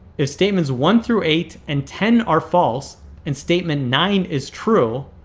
if statements one through eight, and ten are false and statement nine is true,